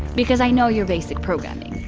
because i know your basic programming.